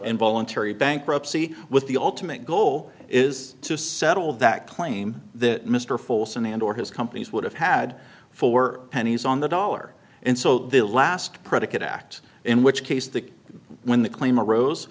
involuntary bankruptcy with the ultimate goal is to settle that claim that mr folson and or his companies would have had for pennies on the dollar and so the last predicate act in which case the when the claim rose